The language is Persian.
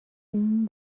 این